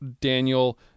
Daniel